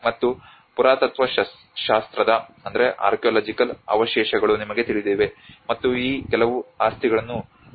ಮತ್ತು ಪುರಾತತ್ತ್ವ ಶಾಸ್ತ್ರದ ಅವಶೇಷಗಳು ನಿಮಗೆ ತಿಳಿದಿವೆ ಮತ್ತು ಈ ಕೆಲವು ಆಸ್ತಿಗಳನ್ನು ಪುನಃಸ್ಥಾಪಿಸಲಾಗುತ್ತದೆ